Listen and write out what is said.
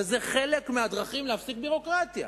וזו אחת הדרכים להפסיק ביורוקרטיה,